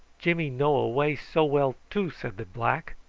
jimmy know a way so well, too! said the black.